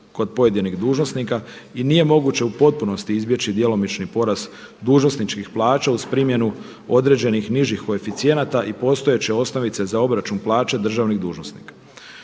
kod pojedinih dužnosnika i nije moguće u potpunosti izbjeći djelomični porast dužnosničkih plaća uz primjenu određenih nižih koeficijenata i postojeće osnovice za obračun plaće državnih dužnosnika.